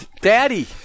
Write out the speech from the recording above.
Daddy